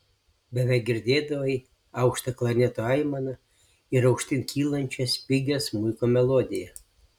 beveik girdėdavai aukštą klarneto aimaną ir aukštyn kylančią spigią smuiko melodiją